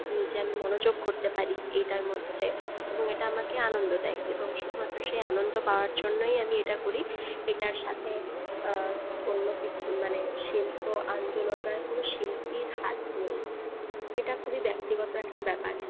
নিজে আমি মনোযোগ করতে পারি এটার মধ্যে এবং এটা আমাকে আনন্দ দেয় এবং শুধুমাত্র সেই আনন্দ পাওয়ার জন্যই এটা আমি করি এটার সাথে অন্য মানে কোনো শিল্প আন্দোলন বা কোনো শিল্পীর হাত নেই এটা খুবই ব্যাক্তিগত একটা ব্যাপার